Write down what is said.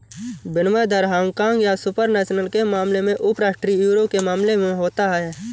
विनिमय दर हांगकांग या सुपर नेशनल के मामले में उपराष्ट्रीय यूरो के मामले में होता है